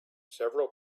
several